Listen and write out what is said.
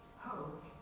hope